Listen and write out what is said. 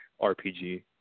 RPG